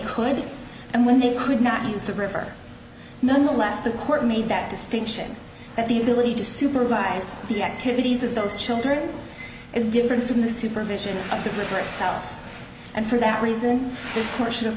could and when they could not use the river nonetheless the court made that distinction that the ability to supervise the activities of those children is different from the supervision of the river itself and for that reason this portion of